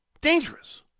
Dangerous